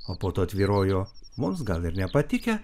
o po to tvyrojo mums gal ir nepatikę